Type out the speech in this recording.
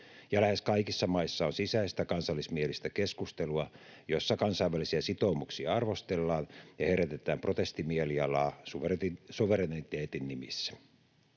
lähes kaikissa maissa on sisäistä kansallismielistä keskustelua, jossa kansainvälisiä sitoumuksia arvostellaan ja herätetään protestimielialaa suvereniteetin nimissä.